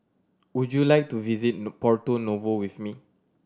would you like to visit Porto Novo with me